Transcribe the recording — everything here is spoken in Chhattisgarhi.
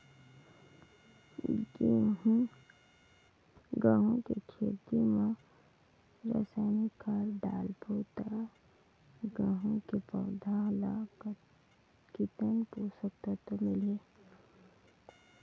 गंहू के खेती मां रसायनिक खाद डालबो ता गंहू के पौधा ला कितन पोषक तत्व मिलही?